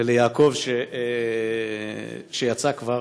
וליעקב, שיצא כבר,